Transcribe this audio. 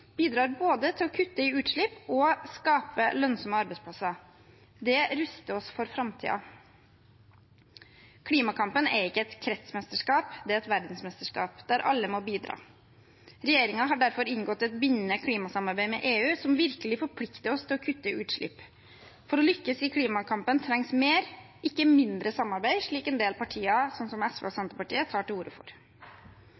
bidrar til både å kutte i utslipp og å skape lønnsomme arbeidsplasser. Det ruster oss for framtiden. Klimakampen er ikke et kretsmesterskap; den er et verdensmesterskap der alle må bidra. Regjeringen har derfor inngått et bindende klimasamarbeid med EU som virkelig forplikter oss til å kutte utslipp. For å lykkes i klimakampen trengs mer samarbeid, ikke mindre, slik en del partier, som SV og